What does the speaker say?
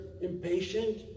Impatient